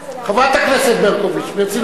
חברת הכנסת ברקוביץ, ברצינות.